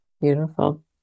Beautiful